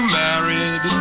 married